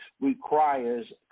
requires